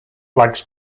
flags